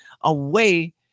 away